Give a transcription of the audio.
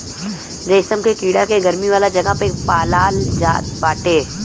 रेशम के कीड़ा के गरमी वाला जगह पे पालाल जात बाटे